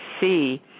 see